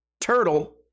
turtle